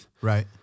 Right